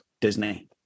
Disney